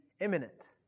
imminent